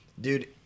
dude